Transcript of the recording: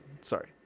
Sorry